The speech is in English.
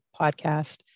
podcast